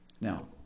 Now